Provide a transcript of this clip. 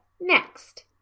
next